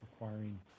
requiring